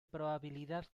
probabilidad